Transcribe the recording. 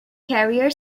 carrier